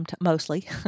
mostly